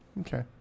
okay